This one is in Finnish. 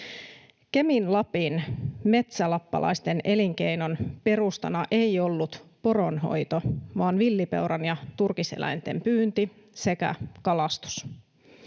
Kemin Lapin metsälappalaisten elinkeinon perustana ei ollut poronhoito vaan villipeuran ja turkiseläinten pyynti sekä kalastus.